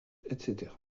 etc